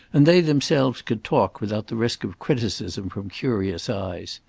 and they themselves could talk without the risk of criticism from curious eyes.